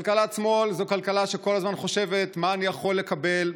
כלכלת שמאל זו כלכלה שכל הזמן חושבת: מה אני יכול לקבל,